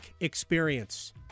experience